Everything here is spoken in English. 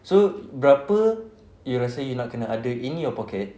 so berapa you rasa you nak kena ada in your pocket